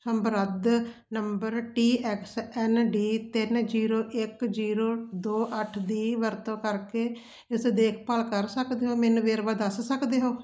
ਸੰਦਰਭ number T X N D ਤਿੰਨ zero ਇੱਕ ਜੀਰੋ ਦੋ ਅੱਠ ਦੋ ਦੀ ਵਰਤੋਂ ਕਰਕੇ ਇਸ ਦੇਖਭਾਲ ਕਰ ਸਕਦੇ ਹੋ ਮੈਨੂੰ ਵੇਰਵਾ ਦੱਸ ਸਕਦੇ ਹੋ